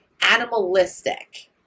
animalistic